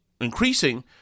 increasing